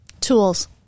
Tools